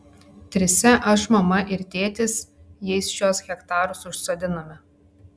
trise aš mama ir tėtis jais šiuos hektarus užsodinome